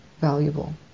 valuable